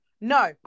No